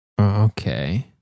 Okay